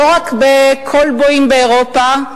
לא רק ב"כולבואים" באירופה,